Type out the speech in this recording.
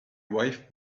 wife